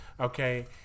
Okay